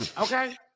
Okay